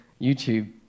YouTube